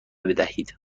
بدهید